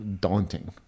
daunting